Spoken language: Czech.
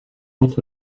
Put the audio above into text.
moc